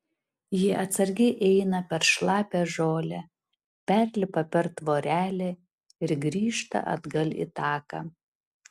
jie atsargiai eina per šlapią žolę perlipa per tvorelę ir grįžta atgal į taką